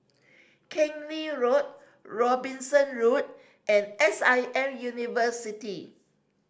Keng Lee Road Robinson Road and S I M University